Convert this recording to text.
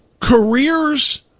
careers